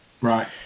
right